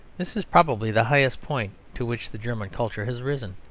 this is probably the highest point to which the german culture has risen.